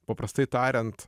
paprastai tariant